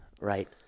right